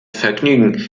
vergnügen